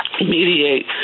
mediate